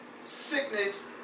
Sickness